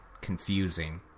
confusing